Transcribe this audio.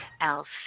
else